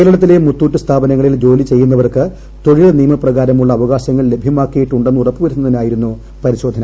കേരളത്തിലെ മുത്തൂറ്റ് സ്ഥാപനങ്ങളിൽ ജോലി ചെയ്യുന്നവർക്ക് തൊഴിൽ നിയമ പ്രകാരമുള്ള അവകാശങ്ങൾ ലഭ്യമാക്കിയിട്ടുണ്ടെന്ന് ഉറപ്പു വരുത്തുന്നതിനായിരുന്നു പരിശോധന